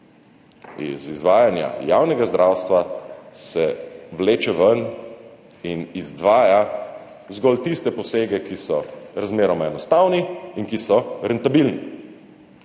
Iz izvajanja javnega zdravstva se vleče ven in izdvaja zgolj tiste posege, ki so razmeroma enostavni in ki so rentabilni.